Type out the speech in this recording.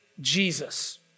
Jesus